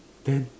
then